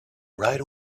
right